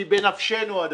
כי בנפשנו הדבר.